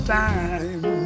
time